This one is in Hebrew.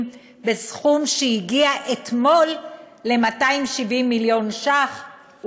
בסכום שהגיע אתמול ל-270 מיליון שקלים,